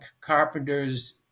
carpenters